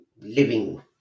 living